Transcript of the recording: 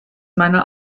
meine